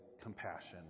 compassion